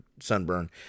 sunburn